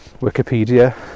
Wikipedia